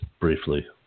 briefly